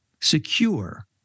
secure